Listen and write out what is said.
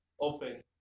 open